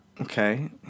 Okay